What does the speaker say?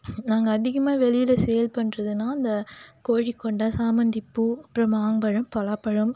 நாங்கள் அதிகமாக வெளியில் சேல் பண்ணுறதுனா அந்த கோழிகொண்டை சாமந்திப்பூ அப்புறம் மாம்பழம் பலாப்பழம்